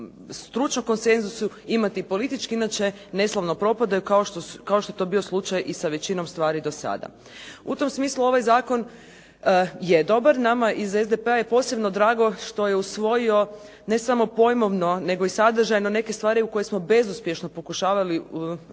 stručnom konsenzusu imati politički inače neslavno propadaju kao što je to bio slučaj i sa većinom stvari do sada. U tom smislu, ovaj zakon je dobar, nama iz SDP-a je posebno drago što je usvojio, ne samo pojmovno, nego i sadržajno neke stvari u koje smo bezuspješno pokušavali uvjeriti